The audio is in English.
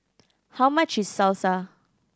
how much is Salsa